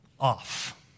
off